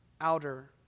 outer